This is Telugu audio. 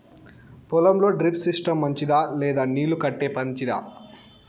పొలం లో డ్రిప్ సిస్టం మంచిదా లేదా నీళ్లు కట్టేది మంచిదా?